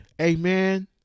Amen